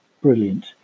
brilliant